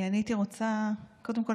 קודם כול,